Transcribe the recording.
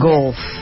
Golf